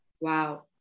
Wow